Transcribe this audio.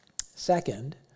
Second